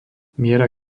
miera